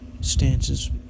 stances